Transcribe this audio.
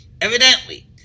Evidently